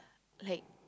like